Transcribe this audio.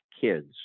kids